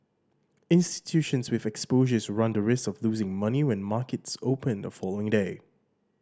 institutions with exposures run the risk of losing money when markets open the following day